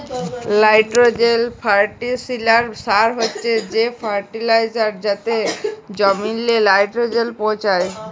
nitrogen fertiliser বা সার হছে সে ফার্টিলাইজার যাতে জমিল্লে লাইট্রোজেল পৌঁছায়